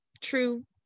true